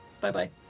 Bye-bye